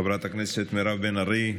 חברת הכנסת מירב בן ארי,